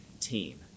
team